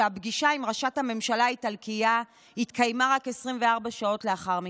והפגישה עם ראשת הממשלה האיטלקית התקיימה רק 24 שעות לאחר מכן,